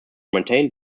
maintain